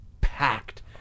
packed